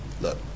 look